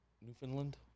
Newfoundland